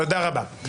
תודה רבה.